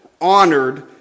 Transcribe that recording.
honored